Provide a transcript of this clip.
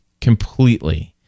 completely